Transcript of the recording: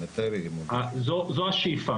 זו השאיפה,